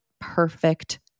perfect